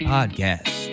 Podcast